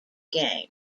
game